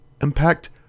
Impact